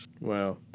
wow